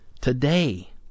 Today